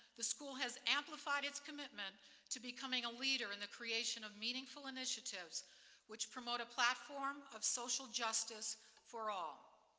the school has amplified its commitment to becoming a leader in the creation of meaningful initiatives which promote a platform of social justice for all.